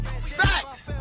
Facts